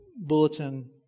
bulletin